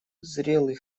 зрелый